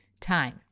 time